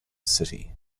city